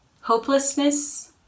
hopelessness